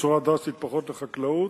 בצורה דרסטית פחות לחקלאות,